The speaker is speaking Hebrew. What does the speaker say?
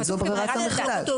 אבל זו ברירת המחדל.